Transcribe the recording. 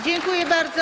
Dziękuję bardzo.